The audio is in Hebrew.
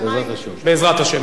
בעזרת השם.